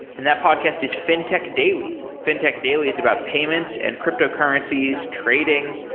and that podcast is fintech daily. fintech daily is about payments and cryptocurrencies, trading,